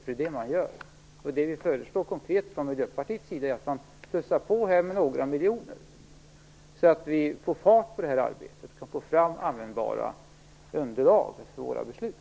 Det är det man gör. Det vi föreslår konkret från Miljöpartiets sida är att vi plussar på med några miljoner, så att vi får fart på det här arbetet och får fram användbara underlag till våra beslut.